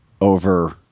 over